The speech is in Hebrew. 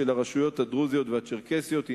של הרשויות הדרוזיות והצ'רקסיות היא